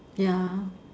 ya